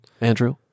Andrew